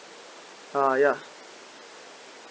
uh ya